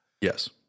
Yes